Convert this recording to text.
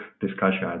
discussion